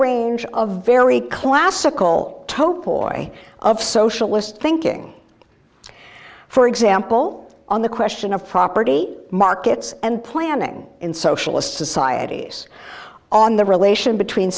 range of very classical topo oyo of socialist thinking for example on the question of property markets and planning in socialist societies on the relation between